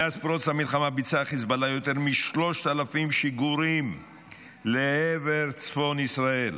מאז פרוץ המלחמה ביצע חיזבאללה יותר מ-3,000 שיגורים לעבר צפון ישראל.